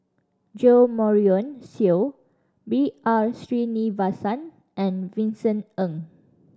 Jo Marion Seow B R Sreenivasan and Vincent Ng